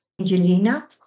Angelina